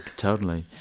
totally.